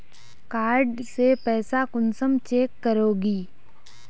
Card से पैसा कुंसम चेक करोगी?